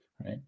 right